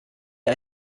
ihr